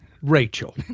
Rachel